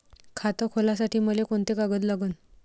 खात खोलासाठी मले कोंते कागद लागन?